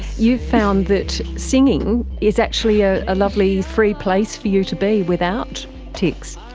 you found that singing is actually a lovely free place for you to be without tics.